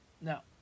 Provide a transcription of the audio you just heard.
Now